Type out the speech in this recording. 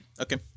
Okay